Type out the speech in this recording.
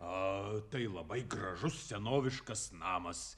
a tai labai gražus senoviškas namas